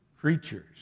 creatures